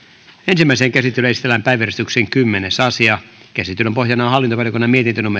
ensimmäiseen käsittelyyn esitellään päiväjärjestyksen kymmenes asia käsittelyn pohjana on hallintovaliokunnan mietintö